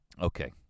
Okay